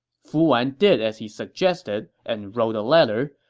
fu wan did as he suggested and wrote a letter,